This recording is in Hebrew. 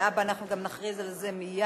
להבא אנחנו גם נכריז על זה מייד